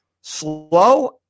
slow